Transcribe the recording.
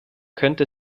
könnte